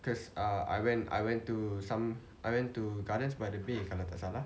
cause err I went I went to some I went to gardens by the bay kalau tak salah